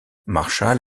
marshall